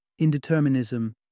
indeterminism